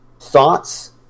Thoughts